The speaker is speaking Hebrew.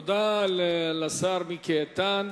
תודה לשר מיקי איתן.